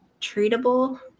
treatable